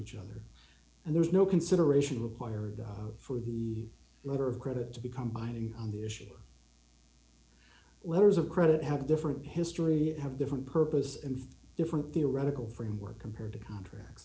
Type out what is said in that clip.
each other and there is no consideration required for the letter of credit to become binding on the issue letters of credit have a different history that have different purpose and different theoretical framework compared to contracts